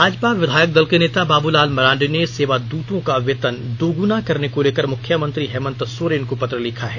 भाजपा विधायक दल के नेता बाबूलाल मरांडी ने सेवादूतों का वेतन दोगुना करने को लेकर मुख्यमंत्री हेमंत सोरेन को पत्र लिखा है